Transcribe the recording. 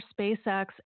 spacex